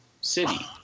city